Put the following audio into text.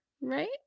Right